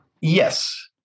Yes